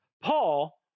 Paul